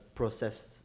processed